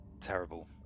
terrible